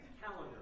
calendar